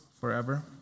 forever